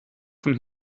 von